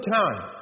time